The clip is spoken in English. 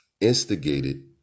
instigated